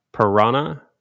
Piranha